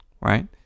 right